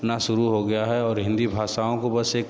ना शुरू हो गया है और हिंदी भाषाओं को बस एक